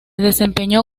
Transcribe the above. desempeñó